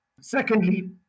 Secondly